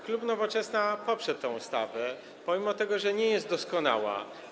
Klub Nowoczesna poprze tę ustawę, pomimo że nie jest ona doskonała.